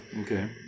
Okay